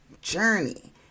journey